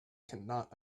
cannot